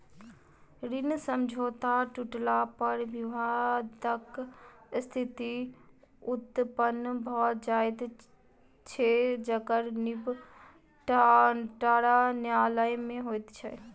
ऋण समझौता टुटला पर विवादक स्थिति उत्पन्न भ जाइत छै जकर निबटारा न्यायालय मे होइत छै